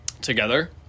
together